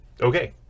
Okay